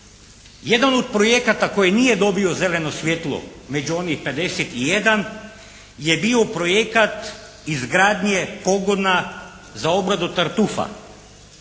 Jedan od projekata koji nije dobio zeleno svjetlo među onih 51 je bio projekat izgradnje pogona za obradu tartufa